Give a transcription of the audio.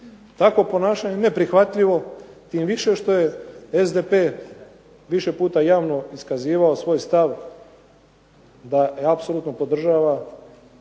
Tako ponašanje je neprihvatljivo, tim više što je SDP više puta javno iskazivao svoj stav da apsolutno podržava